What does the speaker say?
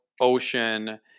ocean